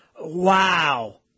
Wow